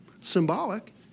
Symbolic